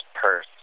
purse